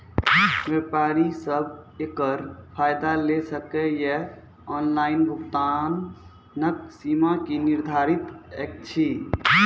व्यापारी सब एकरऽ फायदा ले सकै ये? ऑनलाइन भुगतानक सीमा की निर्धारित ऐछि?